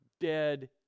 dead